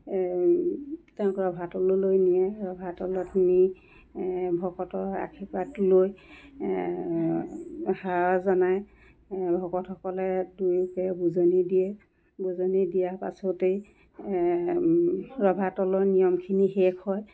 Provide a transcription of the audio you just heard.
তেওঁক ৰভাতললৈ নিয়ে ৰভাতললৈ নি ভকতৰ আশীৰ্বাদ লৈ সেৱা জনায় ভকতসকলে দুয়োকে বুজনি দিয়ে বুজনি দিয়া পাছতেই ৰভাতলৰ নিয়মখিনি শেষ হয়